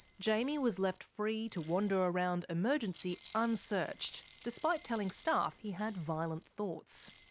jaimie was left free to wander around emergency unsearched despite telling staff he had violent thoughts.